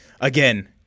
again